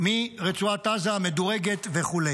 מדורגת מרצועת עזה וכו'.